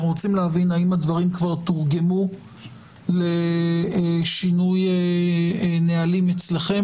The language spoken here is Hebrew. אנחנו רוצים להבין האם הדברים כבר תורגמו לשינוי נהלים אצלכם.